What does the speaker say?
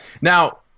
Now